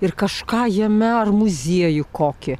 ir kažką jame ar muziejų kokį